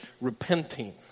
repenting